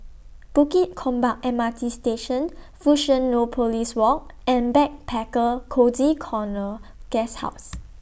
Bukit Gombak M R T Station Fusionopolis Walk and Backpacker Cozy Corner Guesthouse